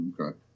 Okay